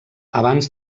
abans